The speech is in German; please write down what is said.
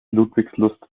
ludwigslust